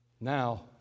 now